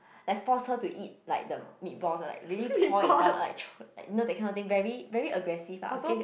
like force her to eat like the meatballs like really pour it down like you know that kind of thing very very aggressive ah so